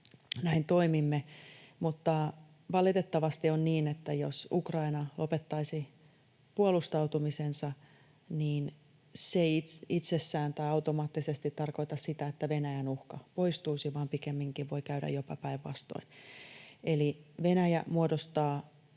Näin toimimme, mutta valitettavasti on niin, että jos Ukraina lopettaisi puolustautumisensa, niin se ei itsessään tai automaattisesti tarkoita sitä, että Venäjän uhka poistuisi, vaan pikemminkin voi käydä jopa päinvastoin. Eli Venäjä muodostaa